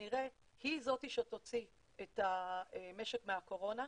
שכנראה היא זאת שתוציא את המשק מהקורונה,